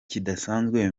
kidasanzwe